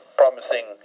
promising